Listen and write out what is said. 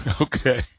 Okay